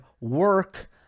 work